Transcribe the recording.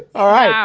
all right.